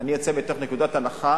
אני יוצא מנקודת הנחה